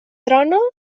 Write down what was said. trona